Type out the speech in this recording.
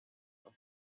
are